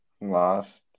Lost